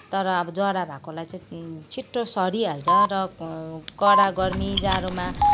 तर अब जरा भएकोलाई चाहिँ छिट्टो सरिहाल्छ र कडा गर्मी जाडोमा